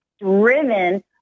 driven